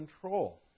control